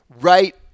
right